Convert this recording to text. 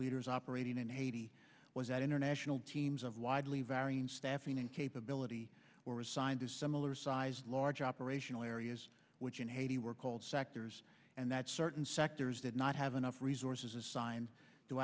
leaders operating in haiti was that international teams of widely varying staffing and capability were assigned to similar size large operational areas which in haiti were called sectors and that certain sectors did not have enough resources assigned to